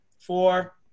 four